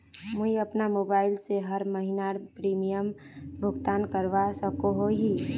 मुई अपना मोबाईल से हर महीनार प्रीमियम भुगतान करवा सकोहो ही?